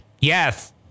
yes